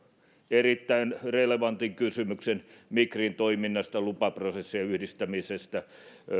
erittäin relevantin kysymyksen migrin toiminnasta ja lupaprosessien yhdistämisestä